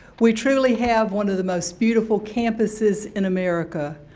we truly have one of the most beautiful campuses in america.